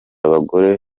abagore